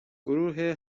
گروه